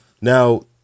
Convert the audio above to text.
now